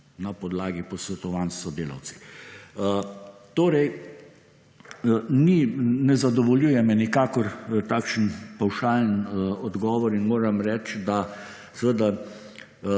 na podlagi posvetovanj s sodelavci. Torej, ne zadovoljuje me nikakor takšen pavšalni odgovor in moram reči, da seveda